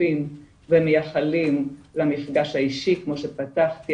שותפים ומייחלים למפגש האישי כמו שפתחתי,